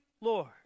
Lord